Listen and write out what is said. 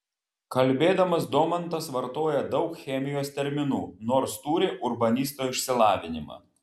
kalbėdamas domantas vartoja daug chemijos terminų nors turi urbanisto išsilavinimą